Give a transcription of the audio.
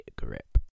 grip